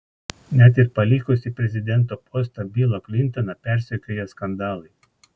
net ir palikusį prezidento postą bilą klintoną persekioja skandalai